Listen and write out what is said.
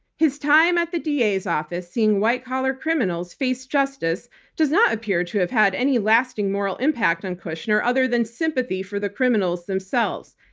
his time at the da's office seeing white collar criminals face justice does not appear to have had any lasting moral impact on kushner other than sympathy for the criminals themselves.